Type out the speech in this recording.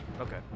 okay